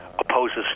opposes